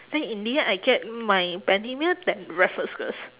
then in the end I get my bendemeer than raffles girls'